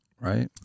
Right